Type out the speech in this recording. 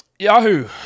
Yahoo